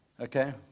Okay